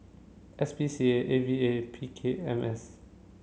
S P C A A V A P K M S